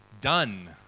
done